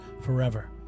forever